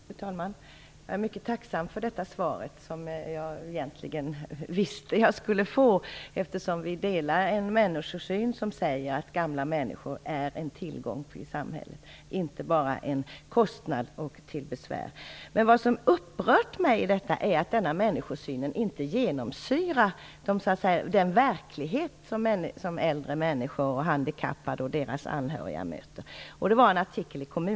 Fru talman! Jag är mycket tacksam för detta svar som jag egentligen visste att jag skulle få, eftersom socialministern och jag delar en människosyn som innebär att gamla människor är en tillgång för samhället och inte bara en kostnad och till besvär. Det som emellertid upprört mig i detta sammanhang är att denna människosyn inte genomsyrar den verklighet som äldre människor, handikappade och deras anhöriga möter.